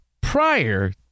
prior